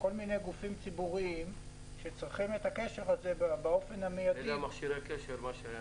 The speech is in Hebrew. גופים ציבוריים שצריכים את הקשר --- כוונתך למכשירי הקשר.